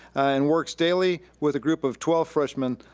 and works daily with a group of twelve freshmen,